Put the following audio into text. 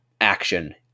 action